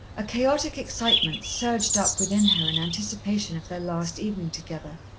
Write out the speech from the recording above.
a chaotic excitement surged up within her in anticipation of their last evening together.